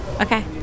Okay